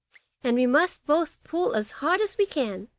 and we must both pull as hard as we can.